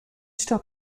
stop